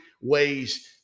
ways